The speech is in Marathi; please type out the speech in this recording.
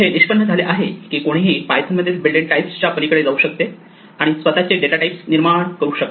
हे निष्पन्न झाले आहे की कुणीही पायथन मधील बिल्ट इन टाईप्स च्या पलीकडे जाऊ शकते आणि स्वतःचे डेटा टाईप्स निर्माण करू शकते